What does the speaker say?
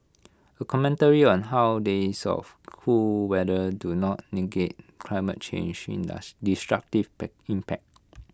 A commentary on how days of cool weather do not negate climate change destructive impact